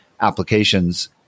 applications